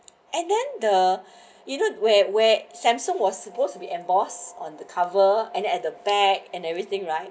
and then the you know wear wear samsung was supposed to be endorse on the cover and then at the back and everything right